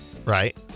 Right